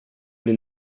bli